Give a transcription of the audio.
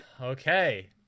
Okay